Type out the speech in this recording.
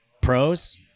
pros